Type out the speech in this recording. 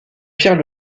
pierre